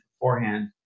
beforehand